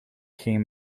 gingen